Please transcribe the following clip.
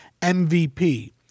MVP